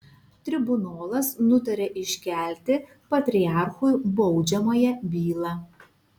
tribunolas nutaria iškelti patriarchui baudžiamąją bylą